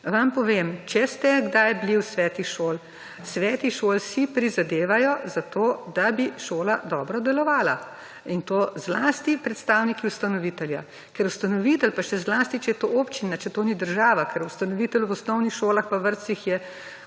Vam povem, če ste kdaj bili v Svetih šol, Sveti šol si prizadevajo, za to, da bi šola dobro delovala in to zlasti predstavniki ustanovitelja, ker ustanovitelj pa še zlasti, če je to občina, če to ni država, ker ustanovitev v osnovnih šolah pa vrtcih je